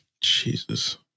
Jesus